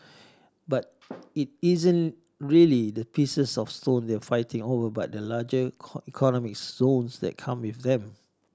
but it isn't really the pieces of stone they're fighting over but the larger economic zones that come with them